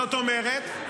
זאת אומרת,